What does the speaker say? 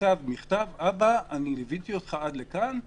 שכתב מכתב: אבא, ליוויתי אותך עד לכאן,